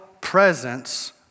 presence